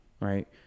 right